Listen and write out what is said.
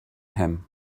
him